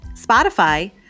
Spotify